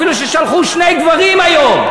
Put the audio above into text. אפילו ששלחו שני גברים היום.